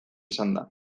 esanda